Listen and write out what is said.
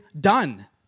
done